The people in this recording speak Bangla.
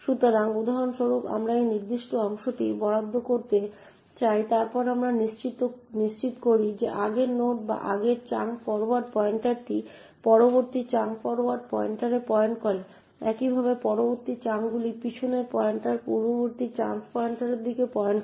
সুতরাং উদাহরণস্বরূপ আমরা এই নির্দিষ্ট অংশটি বরাদ্দ করতে চাই তারপর আমরা নিশ্চিত করি যে আগের নোড বা আগের চাঙ্ক ফরোয়ার্ড পয়েন্টারটি পরবর্তী চাঙ্ক ফরোয়ার্ড পয়েন্টারে পয়েন্ট করে একইভাবে পরবর্তী চাঙ্কগুলি পিছনের পয়েন্টার পূর্ববর্তী চান্স পয়েন্টারের দিকে পয়েন্ট করে